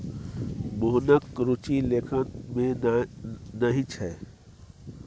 मोहनक रुचि लेखन मे नहि छै